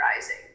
rising